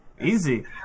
easy